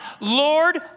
Lord